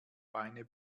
beine